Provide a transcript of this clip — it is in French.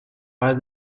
parler